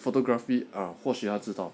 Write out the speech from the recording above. photography ah 或许他知道